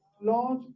Lord